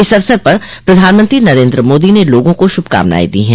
इस अवसर पर प्रधानमंत्री नरेन्द्र मोदी ने लोगों को श्भकामनायें दी हैं